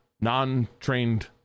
non-trained